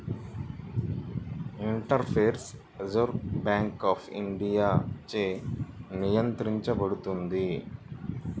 interface Reserve Bank of ఇండియాచే నియంత్రించబడుతుంది